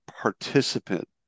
participant